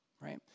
right